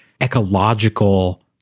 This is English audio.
ecological